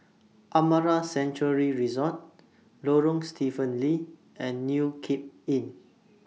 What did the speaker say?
Amara Sanctuary Resort Lorong Stephen Lee and New Cape Inn